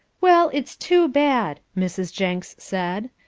well, it's too bad, mrs. jenks said,